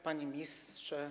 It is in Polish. Panie Ministrze!